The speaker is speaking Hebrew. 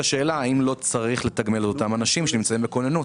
האם לא צריך לתגמל את אותם אנשים שנמצאים בכוננות.